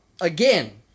again